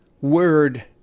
word